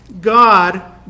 God